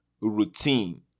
routine